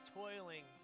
toiling